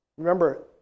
Remember